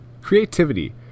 creativity